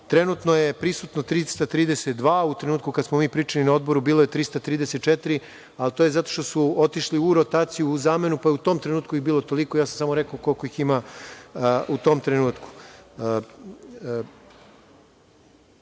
72.Trenutno je prisutno 332, u trenutku kada smo mi pričali na odboru bilo je 334, ali to je zato što su otišli u rotaciju, u zamenu, pa je u tom trenutku ih bilo toliko. Ja sam samo rekao koliko ih ima u tom trenutku. Što